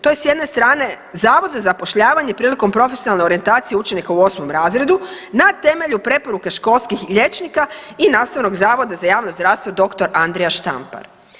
To je s jedne strane Zavod za zapošljavanje prilikom profesionalne orijentacije učenika u 8. razredu na temelju preporuke školskih liječnika i Nastavnog zavoda za javno zdravstvo Dr. Andrija Štampar.